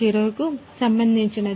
0 కు సంబంధించినది